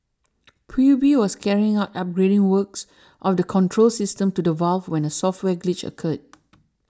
P U B was carrying out upgrading works of the control system to the valve when a software glitch occurred